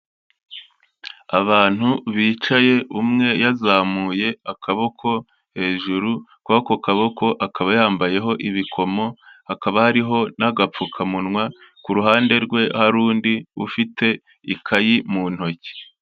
Abantu bicaye umwe yazamuye akaboko hejuru, kuri ako kaboko akaba yambayeho ibikomo, hakaba hariho n'agapfukamunwa ku ruhande rwe hari undi ufite ikayi mu ntoki.